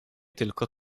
tylko